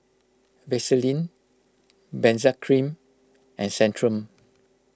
Vaselin Benzac Cream and Centrum